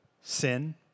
sin